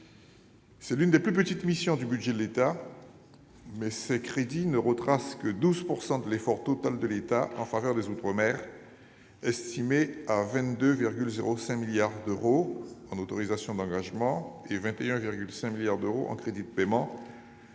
C'est l'une des plus petites missions du budget de l'État, mais ses crédits ne retracent que 12 % de l'effort total de l'État en faveur des outre-mer, estimés à 22,05 milliards d'euros en autorisations d'engagement (AE) et à 21,5 milliards d'euros en crédits de paiement